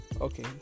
Okay